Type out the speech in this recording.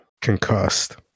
Concussed